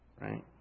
Right